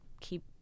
keep